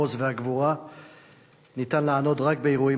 העוז והגבורה ניתן לענוד רק באירועים